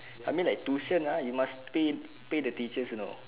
I mean like tuition ah you must pay pay the teachers you know